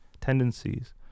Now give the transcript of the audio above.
tendencies